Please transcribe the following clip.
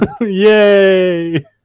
Yay